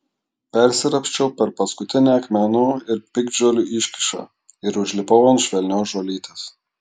persiropščiau per paskutinę akmenų ir piktžolių iškyšą ir užlipau ant švelnios žolytės